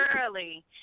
early